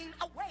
away